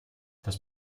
das